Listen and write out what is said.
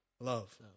Love